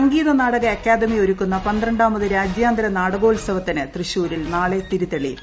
സംഗീതനാടക അക്കാദമി ഒരുക്കുന്ന പന്ത്രണ്ടാമത് രാജ്യാന്തര നാടകോത്സവത്തിന് തൃശ്ശൂരിൽ നാളെ തിരിതെളിയും